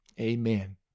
Amen